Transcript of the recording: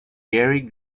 gary